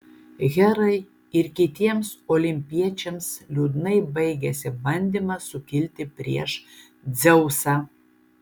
herai ir kitiems olimpiečiams liūdnai baigėsi bandymas sukilti prieš dzeusą